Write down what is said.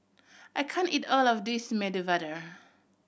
I can't eat all of this Medu Vada